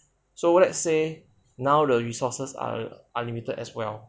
so let's say now the resources are unlimited as well